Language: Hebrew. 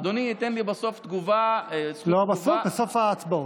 אדוני ייתן לי בסוף תגובה, לא בסוף, בסוף ההצבעות.